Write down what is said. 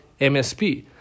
MSP